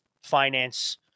finance